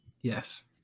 Yes